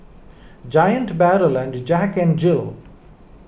Giant Barrel and Jack N Jill